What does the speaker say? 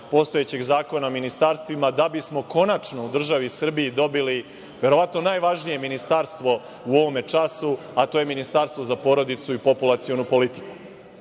postojećeg Zakona o ministarstvima da bismo konačno u državi Srbiji dobili verovatno najvažnije ministarstvo u ovome času, a to je Ministarstvo za porodicu i populacionu